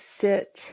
sit